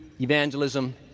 evangelism